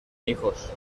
hijos